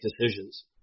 decisions